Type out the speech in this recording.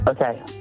Okay